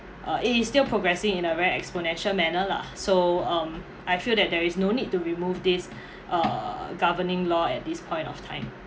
uh it is still progressing in a very exponential manner lah so um I feel that there is no need to remove this uh governing law at this point of time